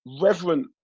Reverend